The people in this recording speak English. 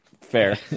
fair